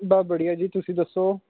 ਬੱਸ ਬੜੀਆ ਜੀ ਤੁਸੀਂ ਦੱਸੋ